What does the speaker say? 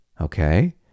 Okay